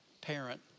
parent